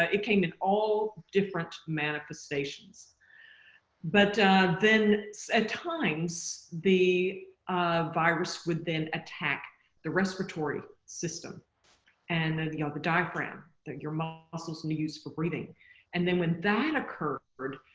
ah it came in all different manifestations but then at times the virus would then attack the respiratory system and and the other diaphragm that your muscles muscles and used for breathing and then when that occurred,